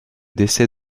décès